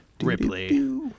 Ripley